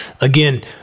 Again